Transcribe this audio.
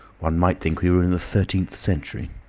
one might think we were in the thirteenth century.